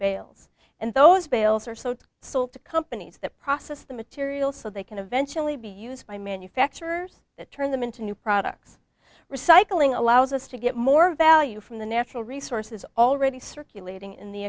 bales and those bales are so sold to companies that process the material so they can eventually be used by manufacturers that turn them into new products recycling allows us to get more value from the natural resources already circulating in the